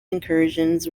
incursions